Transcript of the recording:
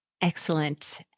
Excellent